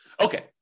Okay